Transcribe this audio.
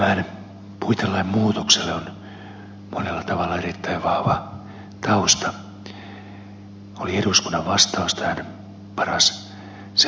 tämän puitelain muutoksella on monella tavalla erittäin vahva tausta se oli eduskunnan vastaus tähän paras selontekoon